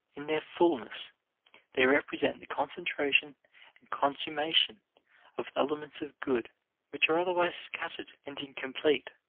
in their fullness they represent the concentration and consummation of elements of good which are otherwise scattered and incomplete.